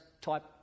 type